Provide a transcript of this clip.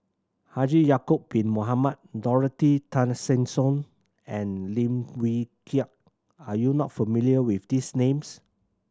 Haji Ya'acob Bin Mohamed Dorothy Tessensohn and Lim Wee Kiak are you not familiar with these names